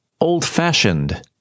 old-fashioned